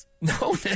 No